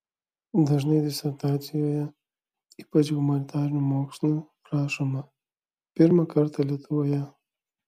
dažnai disertacijoje ypač humanitarinių mokslų rašoma pirmą kartą lietuvoje